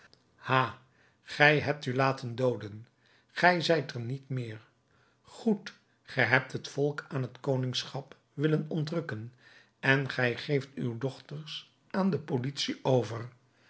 ha gij hebt u laten dooden gij zijt er niet meer goed ge hebt het volk aan het koningschap willen ontrukken en gij geeft uw dochters aan de politie over